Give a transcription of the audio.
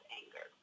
anger